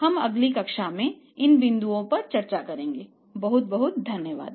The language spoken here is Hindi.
हम अगली कक्षा में इन बिंदुओं पर चर्चा करेंगे बहुत बहुत धन्यवाद